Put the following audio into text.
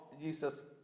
Jesus